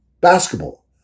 basketball